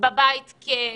בבית כן,